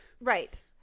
Right